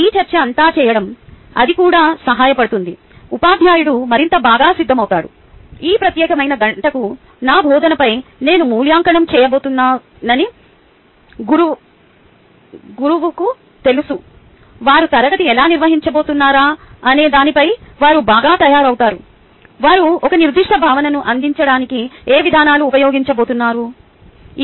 ఈ చర్చ అంతా చేయడం అది కూడా సహాయపడుతుంది ఉపాధ్యాయుడు మరింత బాగా సిద్ధం అవుతాడు ఈ ప్రత్యేకమైన గంటకు నా బోధనపై నేను మూల్యాంకనం చేయబోతున్నానని గురువుకు తెలుసు వారు తరగతి ఎలా నిర్వహించబోతున్నారనే దానిపై వారు బాగా తయారవుతారు వారు ఒక నిర్దిష్ట భావనను అందించడానికి ఏ విధానాలను ఉపయోగించబోతున్నారు